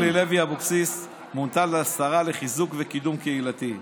השרה אורלי לוי אבקסיס מונתה לשרה לחיזוק וקידום קהילתי.